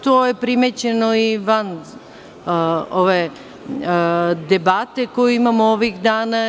To je primećeno i van ove debate koju imamo ovih dana.